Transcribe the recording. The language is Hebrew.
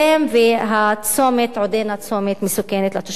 והצומת עודנו צומת מסוכן לתושבים.